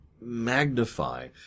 magnify